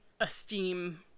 esteem